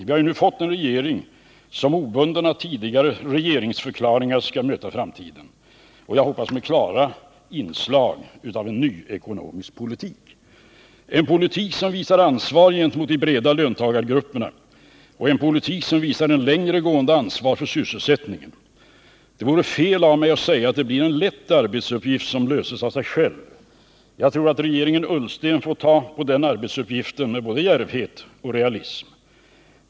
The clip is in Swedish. Vi har ju nu fått en regering som obunden av tidigare regeringsförklaringar skall möta framtiden med, som jag hoppas, klara inslag av en ny ekonomisk politik, en politik som visar ansvar gentemot de breda löntagargrupperna och ett längre gående ansvar för sysselsättningen. Det vore fel av mig att säga att regeringen Ullsten får en lätt arbetsuppgift som löses av sig själv. Jag tror att regeringen får ta itu med den uppgiften med både djärvhet och realism.